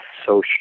social